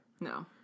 No